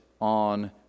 on